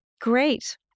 Great